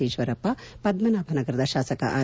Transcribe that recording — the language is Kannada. ಈಶ್ವರಪ್ಪ ಪದ್ದನಾಭನಗರದ ಶಾಸಕ ಆರ್